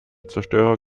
zerstörer